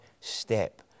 step